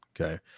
okay